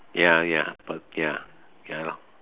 ya ya but ya ya lor